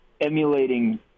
emulating